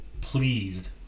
pleased